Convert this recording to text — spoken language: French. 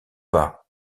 pas